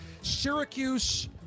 Syracuse